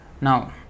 Now